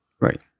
Right